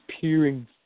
peering